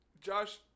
Josh